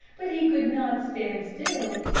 but he could not stand still.